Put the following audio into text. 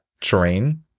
terrain